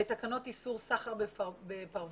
תקנות איסור סחר בפרוות